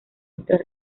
nuestras